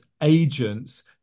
agents